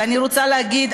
ואני רוצה להגיד,